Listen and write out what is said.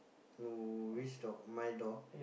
no which dog my dog